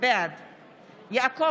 בעד יעקב ליצמן,